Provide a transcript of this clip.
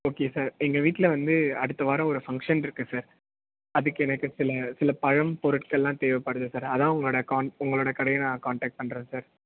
okay sir எங்கள் வீட்டில் வந்து அடுத்த வாரம் ஒரு ஃபங்க்ஷன்ருக்கு சார் அதுக்கு எனக்கு சில சில பழம் பொருட்கள் எல்லாம் தேவைப்படுது சார் அதான் உங்களோட காண் உங்களோட கடையை காண்டக்ட் பண்ணுறேன் சார்